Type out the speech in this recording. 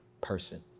person